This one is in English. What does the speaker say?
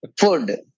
Food